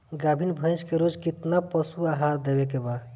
गाभीन भैंस के रोज कितना पशु आहार देवे के बा?